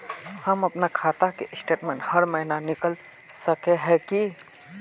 हम अपना खाता के स्टेटमेंट हर महीना निकल सके है की?